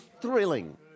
thrilling